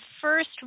first